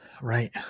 right